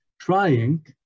trying